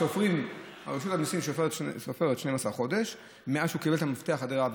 רשות המיסים סופרת 12 חודש מאז שהוא קיבל את המפתח לדירה.